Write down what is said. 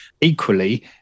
Equally